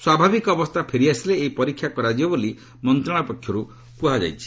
ସ୍ୱାଭାବିକ ଅବସ୍ଥା ଫେରିଆସିଲେ ଏହି ପରୀକ୍ଷା କରାଯିବ ବୋଲି ମନ୍ତ୍ରଣାଳୟ ପକ୍ଷରୁ କୁହାଯାଇଛି